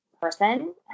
person